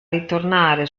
ritornare